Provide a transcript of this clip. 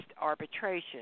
arbitration